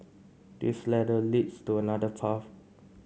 this ladder leads to another path